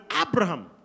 Abraham